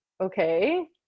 okay